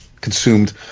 consumed